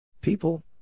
People